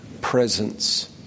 presence